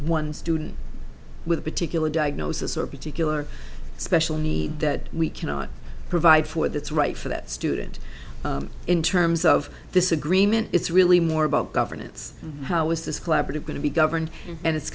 one student with particular diagnosis or particular special needs that we cannot provide for that's right for that student in terms of this agreement it's really more about governance how is this collaborative going to be governed and it's